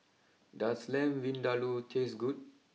does Lamb Vindaloo taste good